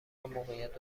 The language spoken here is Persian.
موقعیت